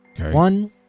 One